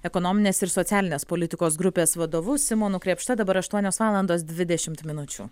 ekonominės ir socialinės politikos grupės vadovu simonu krėpšta dabar aštuonios valandos dvidešimt minučių